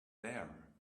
there